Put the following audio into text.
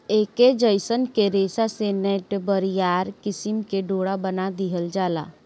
ऐके जयसन के रेशा से नेट, बरियार किसिम के डोरा बना दिहल जाला